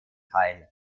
teil